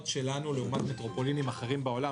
שלנו לעומת מטרופולינים אחרים בעולם.